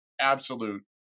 absolute